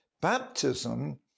baptism